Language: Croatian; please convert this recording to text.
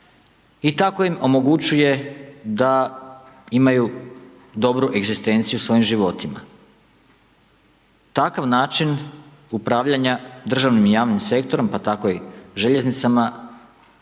i tako im omogućuje da imaju dobru egzistenciju u svojim životima. Takav način upravlja državnim i javnim sektorom, pa tako i željeznicama